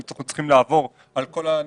אנחנו צריכים לעבור על כל הנהלים.